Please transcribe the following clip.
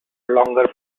longer